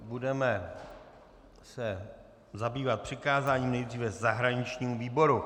Budeme se zabývat přikázáním nejdříve zahraničnímu výboru.